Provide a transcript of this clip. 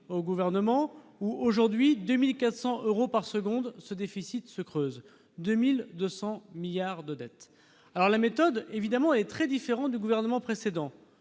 au gouvernement aujourd'hui 2400 euros par seconde, ce déficit se creuse 2200 milliards de dettes alors la méthode, évidemment, est très différent du gouvernement précédent,